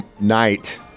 night